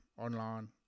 online